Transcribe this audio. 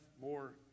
more